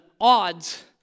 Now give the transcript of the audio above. odds